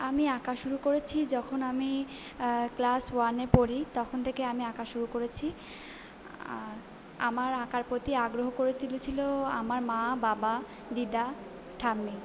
আমি আঁকা শুরু করেছি যখন আমি ক্লাস ওয়ানে পড়ি তখন থেকে আমি আঁকা শুরু করেছি আর আমার আঁকার প্রতি আগ্রহ করে তুলেছিলো আমার মা বাবা দিদা ঠাম্মি